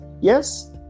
Yes